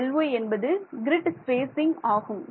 Δy என்பது grid spacing ஆகும்